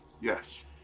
Yes